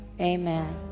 Amen